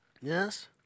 Yes